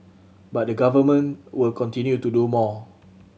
but the Government will continue to do more